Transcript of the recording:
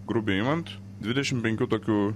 grubiai imant dvidešimt penkių tokių